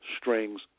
strings